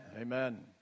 Amen